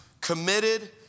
committed